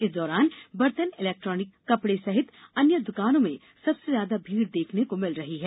इस दौरान बर्तन इलेक्ट्रिक कपड़े सहित अन्य दुकानों में सबसे ज्यादा भीड़ देखने को मिल रही है